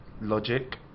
logic